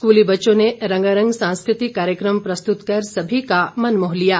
स्कूली बच्चों ने रंगारंग सांस्कृतिक कार्यक्रम प्रस्तुत कर सभी का मन मोह लिया